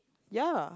ya